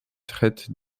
traite